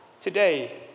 today